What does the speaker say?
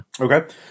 Okay